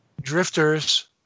Drifters